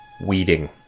weeding